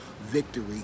victory